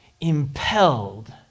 impelled